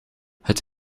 het